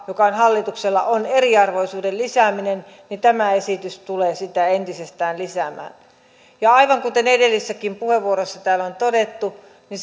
joka on hallituksella on eriarvoisuuden lisääminen ja tämä esitys tulee sitä entisestään lisäämään aivan kuten edellisissäkin puheenvuoroissa täällä on todettu niin